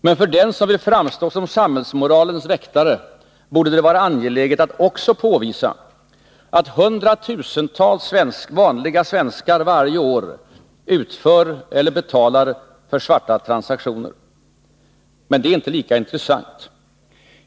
Men för den som vill framstå som samhällsmoralens väktare borde det vara angeläget att också påvisa att hundratusentals vanliga svenskar varje år utför eller betalar för svarta transaktioner. Men det är inte lika intressant.